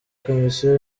komisiyo